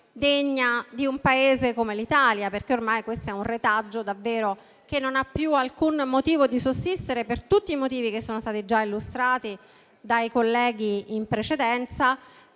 degna di un Paese come l'Italia, perché è un retaggio che davvero non ha più alcun motivo di sussistere per tutti i motivi che sono stati già illustrati dai colleghi che